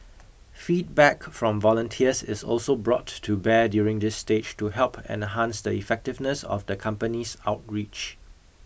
feedback from volunteers is also brought to bear during this stage to help enhance the effectiveness of the company's outreach